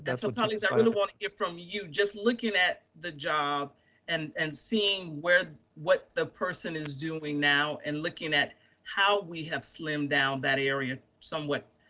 so colleagues are gonna wanna hear from you just looking at the job and and seeing where, what the person is doing now and looking at how we have slimmed down that area, somewhat